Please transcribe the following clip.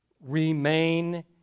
Remain